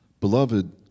Beloved